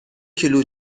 کیلو